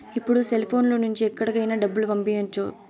ఇప్పుడు సెల్ఫోన్ లో నుంచి ఎక్కడికైనా డబ్బులు పంపియ్యచ్చు